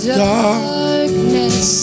darkness